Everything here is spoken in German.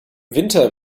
winter